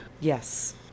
Yes